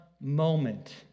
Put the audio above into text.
moment